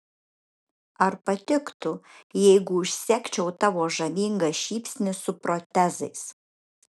ar patiktų jeigu užsegčiau tavo žavingą šypsnį su protezais